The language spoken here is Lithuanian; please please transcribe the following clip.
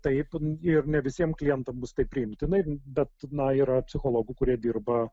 taip ir ne visiem klientam bus tai priimtina ir bet na yra psichologų kurie dirba